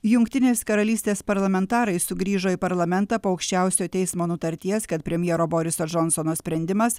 jungtinės karalystės parlamentarai sugrįžo į parlamentą po aukščiausiojo teismo nutarties kad premjero boriso džonsono sprendimas